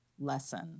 lesson